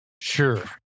Sure